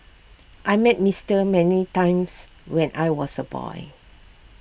I met Mister many times when I was A boy